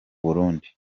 burundi